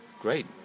Great